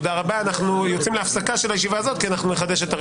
אנחנו עושים עצירה מתודית קצרה לטובת ההצבעה על הירושה,